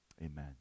Amen